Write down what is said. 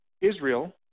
Israel